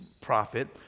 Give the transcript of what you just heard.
prophet